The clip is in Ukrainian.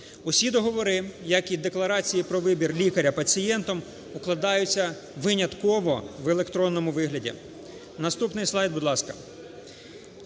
Усі договори, як і декларації про вибір лікаря пацієнтом, укладаються винятково в електронному вигляді. Наступний слайд, будь ласка.